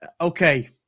okay